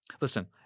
Listen